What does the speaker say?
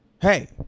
hey